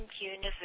universe